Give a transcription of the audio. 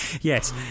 Yes